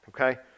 okay